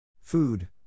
Food